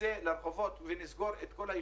המספרים זועקים לשמיים והמספרים גם מספרים את כל הסיפור.